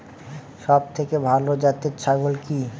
সবথেকে ভালো জাতের ছাগল কি?